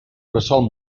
bressol